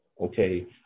okay